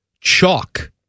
chalk